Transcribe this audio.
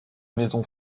maison